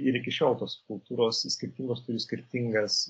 ir iki šiol tos kultūros skirtingos turi skirtingas